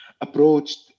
approached